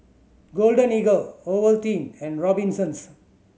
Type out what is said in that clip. Golden Eagle Ovaltine and Robinsons